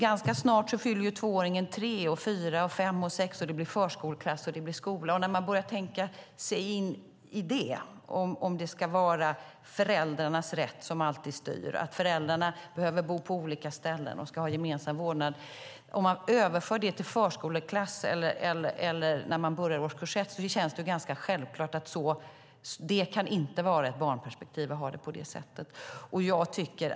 Ganska snart fyller tvååringen tre, fyra, fem och sex och det blir förskoleklass och skola. Om man då säger att föräldrarnas rätt alltid ska styra och överför detta med att föräldrarna ska ordna barnomsorg på olika ställen till förskoleklass eller årskurs 1 är det ganska självklart att det inte är ett barnperspektiv att ha det på det sättet.